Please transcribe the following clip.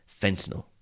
fentanyl